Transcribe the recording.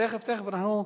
תיכף, תיכף, אנחנו,